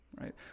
right